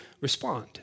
respond